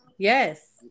Yes